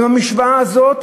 ובמשוואה הזאת